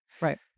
Right